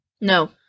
No